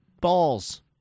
balls